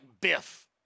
Biff